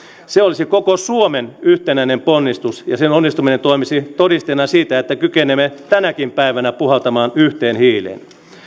se olisi koko suomen yhteinen ponnistus ja sen onnistuminen toimisi todisteena siitä että kykenemme tänäkin päivänä puhaltamaan yhteen hiileen